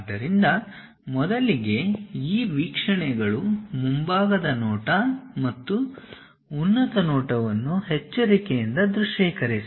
ಆದ್ದರಿಂದ ಮೊದಲಿಗೆ ಈ ವೀಕ್ಷಣೆಗಳು ಮುಂಭಾಗದ ನೋಟ ಮತ್ತು ಉನ್ನತ ನೋಟವನ್ನು ಎಚ್ಚರಿಕೆಯಿಂದ ದೃಶ್ಯೀಕರಿಸಿ